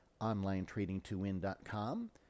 OnlineTradingToWin.com